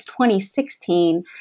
2016